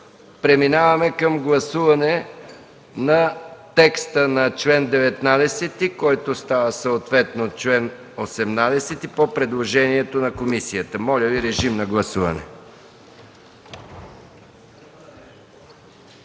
Преминаваме към гласуване текста на чл. 19, който става съответно чл. 18 по предложението на комисията. Моля, гласувайте.